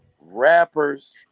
rappers